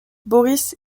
boris